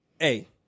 Hey